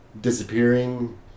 disappearing